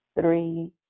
three